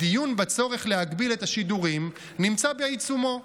הדיון בצורך להגביל את השידורים נמצא בעיצומו.